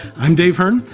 i'm dave hearn,